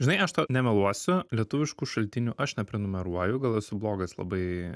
žinai aš nemeluosiu lietuviškų šaltinių aš neprenumeruoju gal esu blogas labai